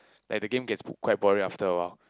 like the game gets quite boring after awhile